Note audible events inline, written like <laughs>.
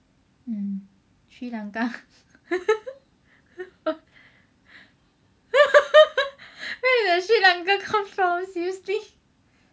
mm Sri Lanka <laughs> <laughs> where did the Sri Lanka come from seriously